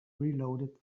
reloaded